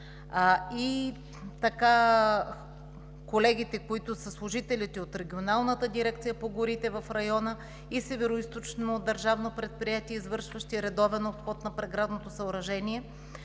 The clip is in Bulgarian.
колегите, които са служители от Регионалната дирекция по горите в района и Североизточното държавно предприятие, извършващи редовен обход на преградното съоръжение,